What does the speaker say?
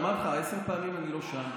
אמרתי לך עשר פעמים שאני לא שם,